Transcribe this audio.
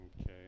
Okay